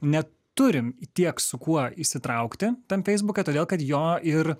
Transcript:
neturim tiek su kuo įsitraukti tam feisbuke todėl kad jo ir